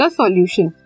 solution